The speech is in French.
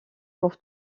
pour